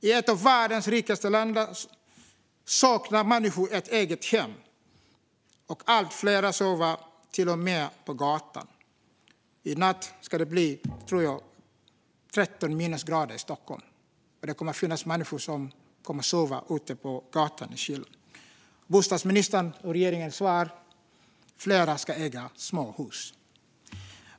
I ett av världens rikaste länder saknar människor ett eget hem, och allt fler sover till och med på gatan. I natt ska det bli 13 minusgrader här i Stockholm, tror jag, och det kommer att finnas människor som sover ute på gatan i kylan. Bostadsministerns och regeringens svar på detta? Fler ska äga småhus.